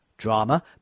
Drama